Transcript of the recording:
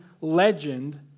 legend